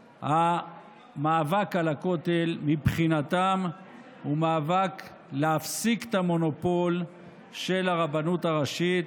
המאבק על הכותל מבחינתם הוא מאבק להפסיק את המונופול של הרבנות הראשית,